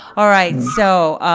all right, so